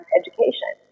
education